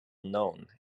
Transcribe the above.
known